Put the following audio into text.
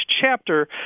chapter